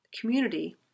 community